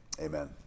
Amen